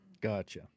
Gotcha